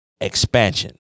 expansion